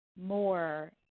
more